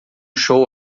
show